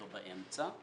או באמצע,